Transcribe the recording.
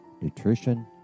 nutrition